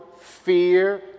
fear